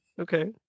Okay